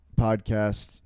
podcast